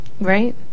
Right